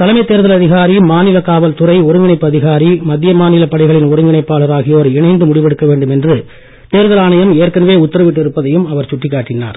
தலைமை தேர்தல் அதிகாரி மாநில காவல்துறை ஒருங்கிணைப்பு அதிகாரி மத்திய மாநிலப் படைகளின் ஒருங்கிணைப்பாளர் ஆகியோர் இணைந்து முடிவெடுக்க வேண்டும் என்று ஏற்கனவே தேர்தல் ஆணையம் உத்தரவிட்டு இருப்பதையும் அவர் சுட்டிக்காட்டினார்